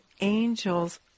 angels